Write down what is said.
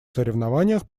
соревнованиях